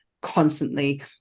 constantly